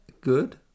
good